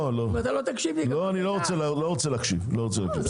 אתה לא רוצה להקשיב לי?